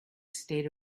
state